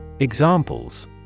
Examples